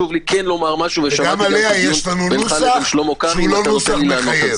גם עליה יש לנו נוסח שאינו מחייב